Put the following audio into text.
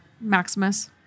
Maximus